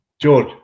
George